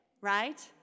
right